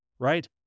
right